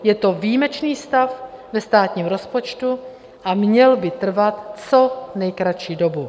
Je to výjimečný stav ve státním rozpočtu a měl by trvat co nejkratší dobu.